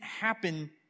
happen